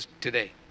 today